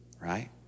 right